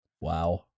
Wow